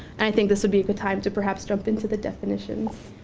i think this would be a good time to perhaps jump into the definition.